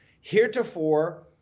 heretofore